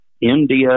India